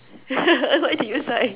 why did you sigh